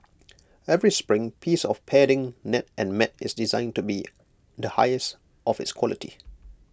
every spring piece of padding net and mat is designed to be the highest of its quality